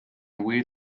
wheel